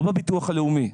לא בביטוח הלאומי,